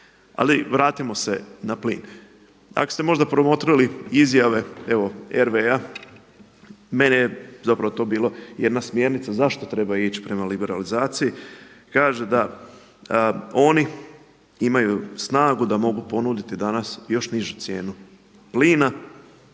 Ali vratimo se za plin. Ako ste možda promotrili izjave evo RV-a, meni je zapravo to bila jedna smjernica zašto treba ići prema liberalizaciji, kaže da oni imaju snagu da mogu ponuditi danas još nizu cijenu plina